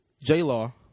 J-Law